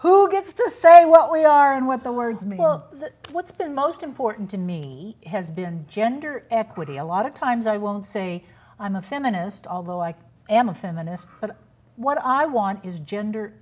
who gets to say what we are and what the words may well what's been most important to me has been gender equity a lot of times i won't say i'm a feminist although i am a feminist but what i want is gender